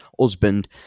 husband